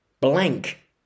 blank